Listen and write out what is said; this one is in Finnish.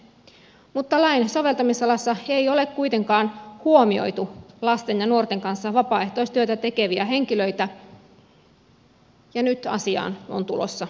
mutta lain soveltamisalassa ei ole kuitenkaan huomioitu lasten ja nuorten kanssa vapaaehtoistyötä tekeviä henkilöitä ja nyt asiaan on tulossa muutos